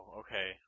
okay